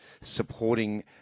supporting